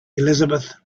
elizabeth